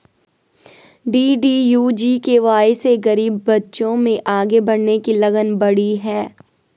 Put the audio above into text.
DDU GKY से गरीब बच्चों में आगे बढ़ने की लगन बढ़ी है